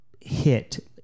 hit